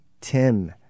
Tim